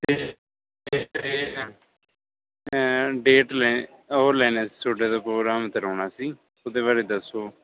ਅਤੇ ਡੇਟ ਲੈਂ ਉਹ ਲੈਣਾ ਤੁਹਾਡੇ ਤੋਂ ਪ੍ਰੋਗਰਾਮ ਕਰਵਾਉਣਾ ਸੀ ਉਹਦੇ ਬਾਰੇ ਦੱਸੋ